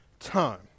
Time